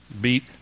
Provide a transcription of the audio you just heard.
Beat